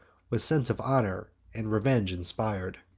with sense of honor and revenge inspir'd.